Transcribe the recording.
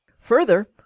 Further